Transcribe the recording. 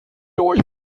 euch